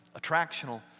attractional